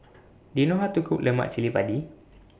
Do YOU know How to Cook Lemak Cili Padi